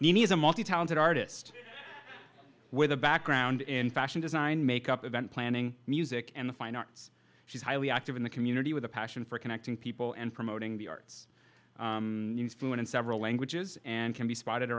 is a multi talented artist with a background in fashion design makeup event planning music and the fine arts she's highly active in the community with a passion for connecting people and promoting the arts in several languages and can be sp